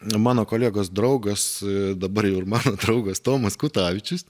mano kolegos draugas dabar jau ir mano draugas tomas kutavičius